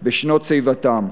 בשנות שיבתם.